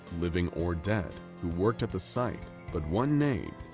living or dead, who'd worked at the site but one name,